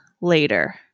later